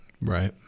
right